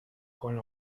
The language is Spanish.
con